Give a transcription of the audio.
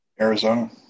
Arizona